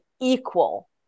equal